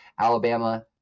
Alabama